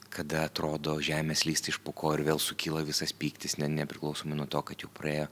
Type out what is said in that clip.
kada atrodo žemė slysta iš po kojų ir vėl sukyla visas pyktis ne nepriklausomai nuo to kad jau praėjo